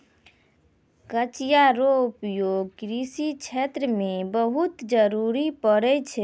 कचिया रो उपयोग कृषि क्षेत्र मे बहुत जरुरी पड़ै छै